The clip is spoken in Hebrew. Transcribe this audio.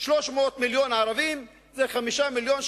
300 מיליון ערבים זה 5 מיליון,